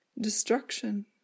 destruction